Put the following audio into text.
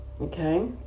Okay